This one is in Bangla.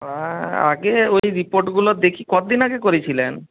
আগে ওই রিপোর্টগুলো দেখি কতদিন আগে করিয়েছিলেন